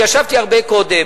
וישבתי הרבה קודם